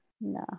No